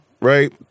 right